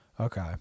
Okay